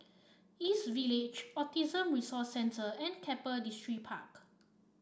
East Village Autism Resource Centre and Keppel Distripark